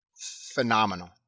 Phenomenal